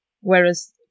Whereas